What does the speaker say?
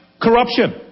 corruption